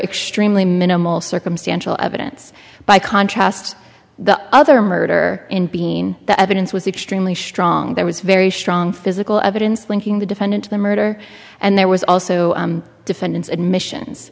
extremely minimal circumstantial evidence by contrast the other murder in being that evidence was extremely strong there was very strong physical evidence linking the defendant to the murder and there was also a defendant's admissions